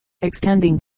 extending